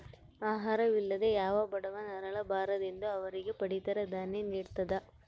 ಆಹಾರ ವಿಲ್ಲದೆ ಯಾವ ಬಡವ ನರಳ ಬಾರದೆಂದು ಅವರಿಗೆ ಪಡಿತರ ದಾನ್ಯ ನಿಡ್ತದ